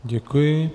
Děkuji.